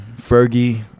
Fergie